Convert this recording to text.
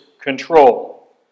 control